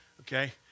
okay